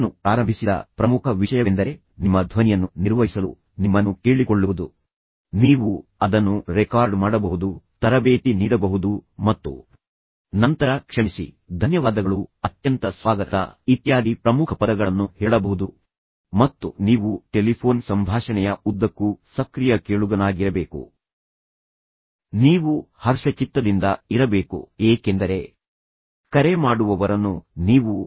ನಾನು ಪ್ರಾರಂಭಿಸಿದ ಪ್ರಮುಖ ವಿಷಯವೆಂದರೆ ನಿಮ್ಮ ಧ್ವನಿಯನ್ನು ನಿರ್ವಹಿಸಲು ನಿಮ್ಮನ್ನು ಕೇಳಿಕೊಳ್ಳುವುದು ನೀವು ಅದನ್ನು ರೆಕಾರ್ಡ್ ಮಾಡಬಹುದು ತರಬೇತಿ ನೀಡಬಹುದು ಮತ್ತು ನಂತರ ಕ್ಷಮಿಸಿ ಧನ್ಯವಾದಗಳು ಅತ್ಯಂತ ಸ್ವಾಗತ ಇತ್ಯಾದಿ ಪ್ರಮುಖ ಪದಗಳನ್ನು ಹೇಳಬಹುದು ಎಂದು ನಾನು ಹೇಳಿದೆ ಮತ್ತು ನೀವು ಟೆಲಿಫೋನ್ ಸಂಭಾಷಣೆಯ ಉದ್ದಕ್ಕೂ ಸಕ್ರಿಯ ಕೇಳುಗನಾಗಿರಬೇಕು ನೀವು ಹರ್ಷಚಿತ್ತದಿಂದ ಇರಬೇಕು ಏಕೆಂದರೆ ಒಳ್ಳೆಯ ಭಾವನೆಯಿಂದ ನೀವು ಹೊಂದುವ ಲವಲವಿಕೆಯು ಇತರ ವ್ಯಕ್ತಿಯ ಮೇಲೆ ಪರಿಣಾಮ ಬೀರುತ್ತದೆ ಮತ್ತು ವ್ಯಕ್ತಿಯನ್ನು ಸಹ ಉತ್ತಮಗೊಳಿಸುತ್ತದೆ